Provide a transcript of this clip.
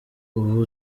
ubu